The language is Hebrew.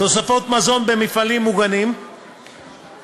לתוספות מזון במפעלים מוגנים העבירו,